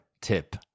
tip